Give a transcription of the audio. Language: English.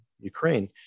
Ukraine